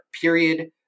period